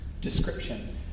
description